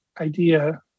idea